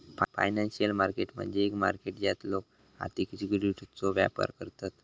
financial market म्हणजे एक market ज्यात लोका आर्थिक सिक्युरिटीजचो व्यापार करतत